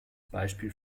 beispiel